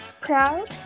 Proud